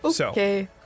Okay